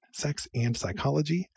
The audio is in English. sexandpsychology